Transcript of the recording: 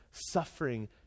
suffering